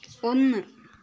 ഒന്ന്